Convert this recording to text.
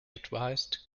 advised